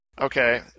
okay